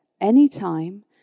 anytime